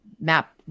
map